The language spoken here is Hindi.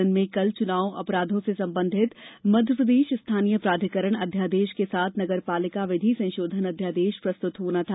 सदन में कल चुनाव अपराधो से संबंधित मध्यप्रदेश स्थानीय प्राधिकरण अध्यादेश के साथ नगरपालिका विधि संशोधन अध्यादेश प्रस्तुत होना था